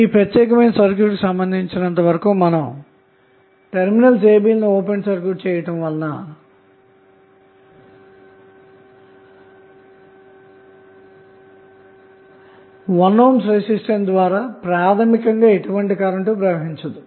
ఈ ప్రత్యేకమైన సర్క్యూట్ కి సంబందించిన వరకు మనం టెర్మినల్స్ a b ల ను ఓపెన్ చేయుట వలన 1 ohm రెసిస్టెన్స్ ద్వారా ప్రాథమికంగా ఎటువంటి కరెంటు ప్రవహించదు